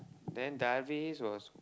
then Darvis was